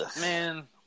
man